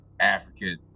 African